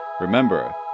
Remember